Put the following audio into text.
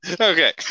okay